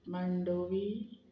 Mandovi